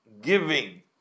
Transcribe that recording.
giving